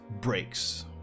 breaks